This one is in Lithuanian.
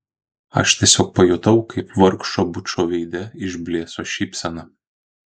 aš tiesiog pajutau kaip vargšo bučo veide išblėso šypsena